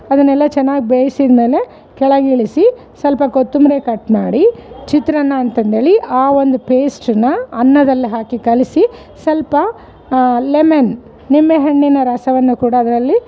ಅದನ್ನೆಲ್ಲ ಚೆನ್ನಾಗ್ ಬೇಯಿಸಿದ್ಮೇಲೆ ಕೆಳಗೆ ಇಳಿಸಿ ಸ್ವಲ್ಪ ಕೊತಂಬ್ರಿ ಕಟ್ ಮಾಡಿ ಚಿತ್ರನ್ನ ಅಂತಂದೇಳಿ ಆ ಒಂದು ಪೇಸ್ಟನ್ನು ಅನ್ನದಲ್ಲಿ ಹಾಕಿ ಕಲಸಿ ಸ್ವಲ್ಪ ಲೆಮೆನ್ ನಿಂಬೆಹಣ್ಣಿನ ರಸವನ್ನು ಕೂಡ ಅದರಲ್ಲಿ